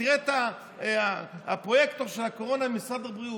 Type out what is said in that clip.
ותראה את הפרויקטור של הקורונה ממשרד הבריאות,